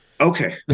Okay